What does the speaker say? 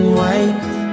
white